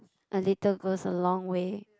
a little goes a long way